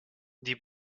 die